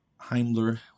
Heimler